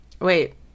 Wait